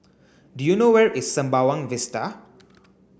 do you know where is Sembawang Vista